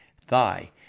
thigh